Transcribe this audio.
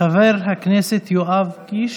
חבר הכנסת יואב קיש.